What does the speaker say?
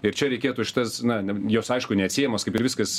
ir čia reikėtų šitas na neb jos aišku neatsiejamos kaip ir viskas